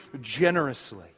generously